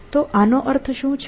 તો આનો અર્થ શું છે